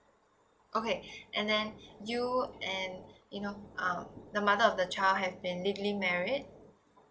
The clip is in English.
okay and then you and you know uh the mother of the child had been legally married